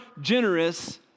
generous